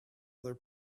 other